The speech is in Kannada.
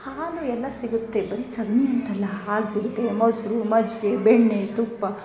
ಹಾಲು ಎಲ್ಲ ಸಿಗುತ್ತೆ ಬರೀ ಸಗಣಿ ಅಂತಲ್ಲ ಹಾಲು ಸಿಗುತ್ತೆ ಮೊಸರು ಮಜ್ಜಿಗೆ ಬೆಣ್ಣೆ ತುಪ್ಪ